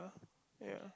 oh yeah